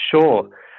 Sure